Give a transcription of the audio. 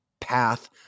path